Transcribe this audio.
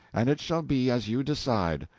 and it shall be as you decide.